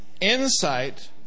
insight